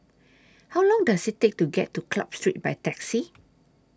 How Long Does IT Take to get to Club Street By Taxi